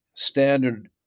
Standard